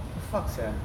the fuck sia